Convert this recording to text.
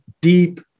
deep